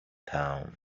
town